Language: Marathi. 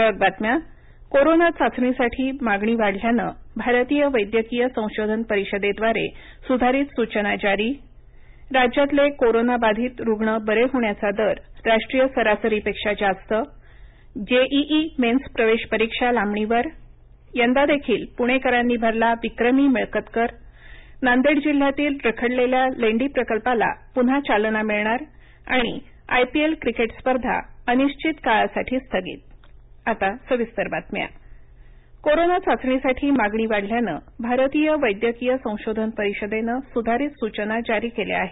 ठळक बातम्या कोरोना चाचणीसाठी मागणी वाढल्यानं भारतीय वैद्यकीय संशोधन परिषदेद्वारे सुधारित सूचना जारी राज्यातले कोरोनाबाधित रुग्ण बरे होण्याचा दर राष्ट्रीय सरासरीपेक्षा जास्त जेईई मेन्स प्रवेशपरीक्षा लांबणीवर यंदा देखील पुणेकरांनी भरला विक्रमी मिळकतकर नांदेड जिल्ह्यातील रखडलेल्या लेंडी प्रकल्पाला पुन्हा चालना मिळणार आणि आयपीएल क्रिकेट स्पर्धा अनिश्चित काळासाठी स्थगित वैद्यकीय संशोधन परिषद कोरोना चाचणीसाठी मागणी वाढल्यानं भारतीय वैद्यकीय संशोधन परिषदेनं सुधारित सूचना जारी केल्या आहेत